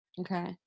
Okay